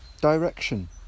direction